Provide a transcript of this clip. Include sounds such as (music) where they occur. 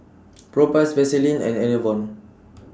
(noise) Propass Vaselin and Enervon